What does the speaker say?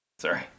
Sorry